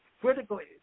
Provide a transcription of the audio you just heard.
critically